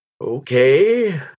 Okay